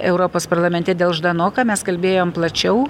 europos parlamente dėl ždanoka mes kalbėjom plačiau